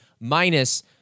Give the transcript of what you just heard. minus